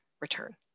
return